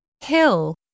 Hill